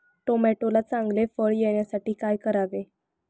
टोमॅटोला चांगले फळ येण्यासाठी काय करावे?